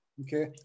Okay